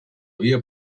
via